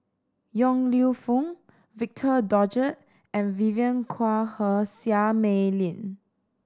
Yong Lew Foong Victor Doggett and Vivien Quahe Seah Mei Lin